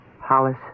Hollis